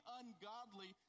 ungodly